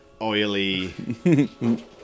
Oily